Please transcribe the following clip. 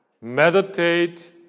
meditate